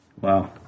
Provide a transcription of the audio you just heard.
Wow